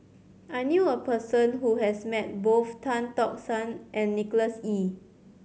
I knew a person who has met both Tan Tock San and Nicholas Ee